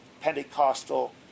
Pentecostal